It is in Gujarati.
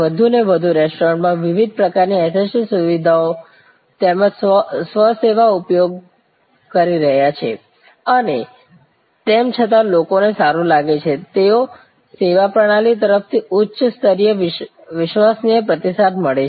વધુને વધુ રેસ્ટોરાં વિવિધ પ્રકારની SST સુવિધાઓ તેમજ સ્વ સેવાનો ઉપયોગ કરી રહી છે અને તેમ છતાં લોકોને સારું લાગે છે તેઓને સેવા પ્રણાલી તરફથી ઉચ્ચ સ્તરીય વિશ્વસનીય પ્રતિસાદ મળે છે